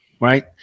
Right